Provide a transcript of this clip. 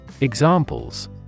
Examples